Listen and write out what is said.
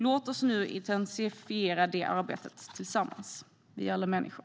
Låt oss nu intensifiera det arbetet tillsammans! Vi är alla människor.